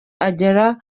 agera